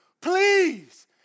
please